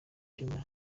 icyuma